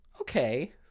okay